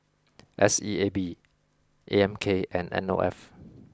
S E A B A M K and N O F